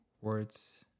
Words